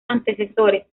antecesores